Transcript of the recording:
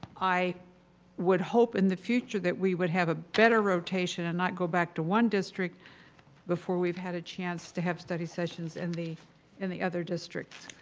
i would hope in the future that we would have a better rotation and not go back to one district before we've had a chance to have study sessions in the in the other district.